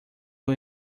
who